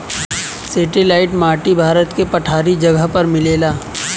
satellite माटी भारत के पठारी जगह पर मिलेला